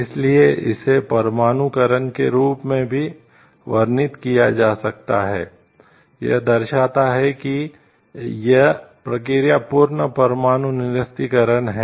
इसलिए इसे परमाणुकरण के रूप में भी वर्णित किया जा सकता है यह दर्शाता है कि यह प्रक्रिया पूर्ण परमाणु निरस्त्रीकरण है